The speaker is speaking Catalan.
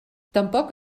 tampoc